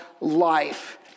life